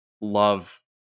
love